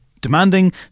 Demanding